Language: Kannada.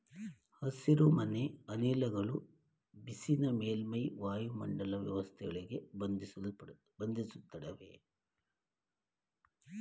ಹಸಿರುಮನೆ ಅನಿಲಗಳು ಬಿಸಿನ ಮೇಲ್ಮೈ ವಾಯುಮಂಡಲ ವ್ಯವಸ್ಥೆಯೊಳಗೆ ಬಂಧಿಸಿಡ್ತವೆ